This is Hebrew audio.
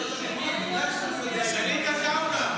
------ תשאלי את עטאונה.